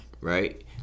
right